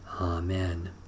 Amen